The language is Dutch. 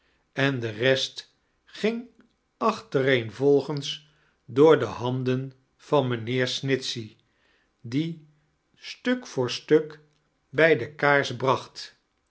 en de rest ging achtereenvolgertes door de handen van mijnheer snitcbey die situk voor stuk brij de kaars bracht